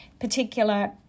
particular